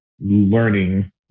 learning